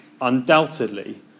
undoubtedly